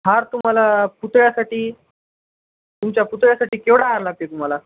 हार तुम्हाला पुतळ्यासाठी तुमच्या पुतळ्यासाठी केवढा हार लागते तुम्हाला